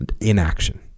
inaction